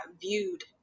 viewed